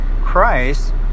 Christ